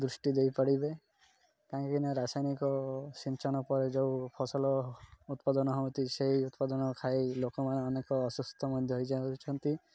ଦୃଷ୍ଟି ଦେଇପାରିବେ କାହିଁକିନା ରାସାୟନିକ ସିଞ୍ଚନ ପରେ ଯେଉଁ ଫସଲ ଉତ୍ପାଦନ ହୁଅନ୍ତି ସେଇ ଉତ୍ପାଦନ ଖାଇ ଲୋକମାନେ ଅନେକ ଅସୁସ୍ଥ ମଧ୍ୟ ହୋଇଯାଉଛନ୍ତି